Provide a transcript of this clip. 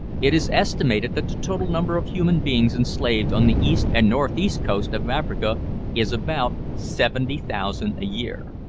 it is estimated that the total number of human beings enslaved on the east and north-east coast of africa is about seventy thousand a year.